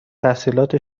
تحصیلات